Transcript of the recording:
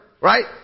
right